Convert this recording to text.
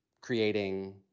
creating